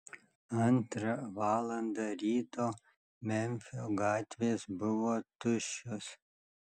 antrą valandą ryto memfio gatvės buvo tuščios